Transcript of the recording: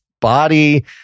body